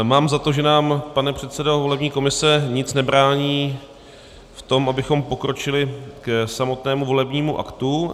Mám za to, že nám, pane předsedo volební komise, nic nebrání v tom, abychom pokročili k samotnému volebnímu aktu.